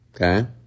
Okay